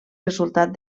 resultat